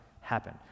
happen